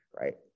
right